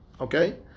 okay